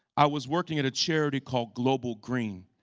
i was working at a charity called global green.